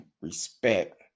respect